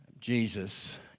Jesus